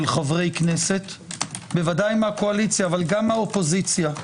חברי כנסת ודאי מהקואליציה אבל גם מהאופוזיציה,